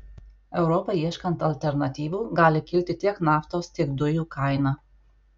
europai ieškant alternatyvų gali kilti tiek naftos tiek dujų kaina